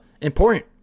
important